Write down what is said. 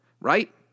right